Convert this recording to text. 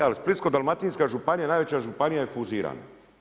E, al splitsko-dalmatinska županija, najveća županija je fuzirana.